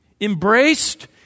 embraced